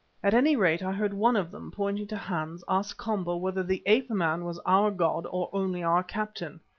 at any rate, i heard one of them, pointing to hans, ask komba whether the ape-man was our god or only our captain.